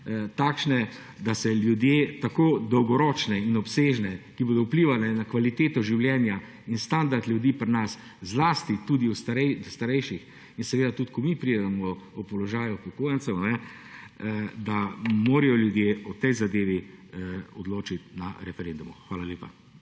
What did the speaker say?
takšne, da se ljudje tako dolgoročne in obsežne, ki bodo vplivale na kvaliteto življenja in standard ljudi pri nas, zlasti tudi starejših in seveda, tudi ko mi pridemo v položaj upokojencev, kajne, da morajo ljudje o tej zadevi odločit na referendumu. Hvala lepa.